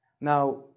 now